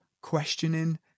questioning